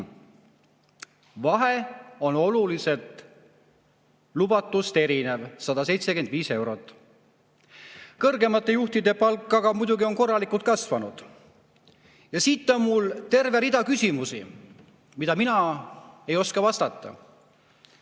vahe on lubatust oluliselt erinev: 175 eurot. Kõrgemate juhtide palk on aga muidugi korralikult kasvanud. Ja siit on mul terve rida küsimusi, millele mina ei oska vastata.